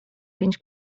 pięć